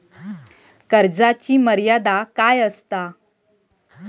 कर्जाची मर्यादा काय असता?